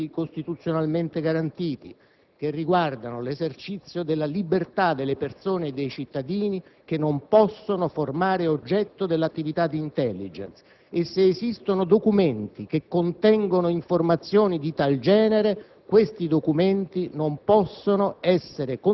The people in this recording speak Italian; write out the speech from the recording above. che riguardano l'esercizio di diritti costituzionalmente garantiti, che riguardano l'esercizio della libertà delle persone e dei cittadini, che non possono formare oggetto dell'attività di *intelligence,* se esistono documenti che contengono informazioni di tal genere,